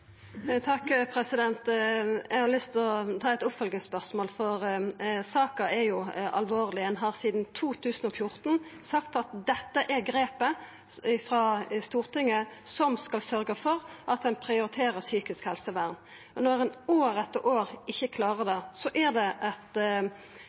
Eg har lyst til å ta eit oppfølgingsspørsmål, for saka er jo alvorleg. Ein har sidan 2014 sagt at dette er grepet frå Stortinget som skal sørgja for at ein prioriterer psykisk helsevern. Men når ein år etter år ikkje